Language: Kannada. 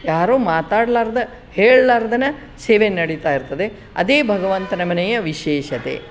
ಯಾರೂ ಮಾತಾಡ್ಲಾರ್ದೆ ಹೇಳ್ಲಾರ್ದೆ ಸೇವೆ ನಡೀತಾ ಇರ್ತದೆ ಅದೇ ಭಗವಂತನ ಮನೆಯ ವಿಶೇಷತೆ